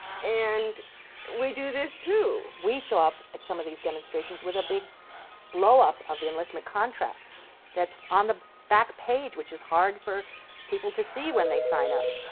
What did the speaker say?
and we do this, too. ruth we show up at some of these demonstrations with a big blow-up of the enlistment contract that's on the back page, which is hard for people to see when they sign up,